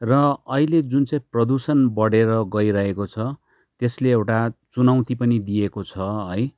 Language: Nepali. र अहिले जुन चाहिँ प्रदूषण बढेर गइरहेको छ त्यसले एउटा चुनौती पनि दिएको छ है